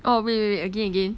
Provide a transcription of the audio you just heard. oh wait wait again again